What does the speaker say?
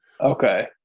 Okay